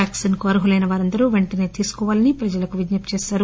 vaccine కు అర్హులైన వారందరు వెంటనే తీసుకోవాలని ప్రజలకు విజ్ఞప్తి చేశారు